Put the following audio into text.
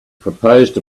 proposed